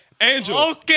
Angel